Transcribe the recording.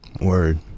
Word